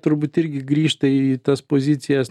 turbūt irgi grįžta į tas pozicijas